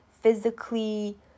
physically